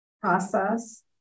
process